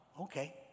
Okay